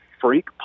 freak